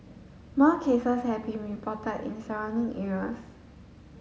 more cases have been reported in surrounding areas